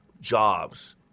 jobs